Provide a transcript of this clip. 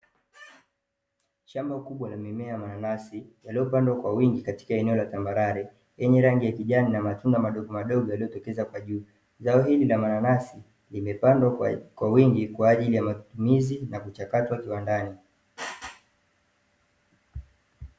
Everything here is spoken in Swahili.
Shamba kubwa la mimea ya mananasi yaliyopandwa kwa wingi katika eneo la tambarare lenye rangi ya kijani na matunda madogomadogo yaliyotokeza kwa juu. Zao hili la mananasi limepandwa kwa wingi kwa ajili ya matumizi na kuchakatwa kiwandani.